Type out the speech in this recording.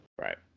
Right